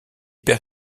perd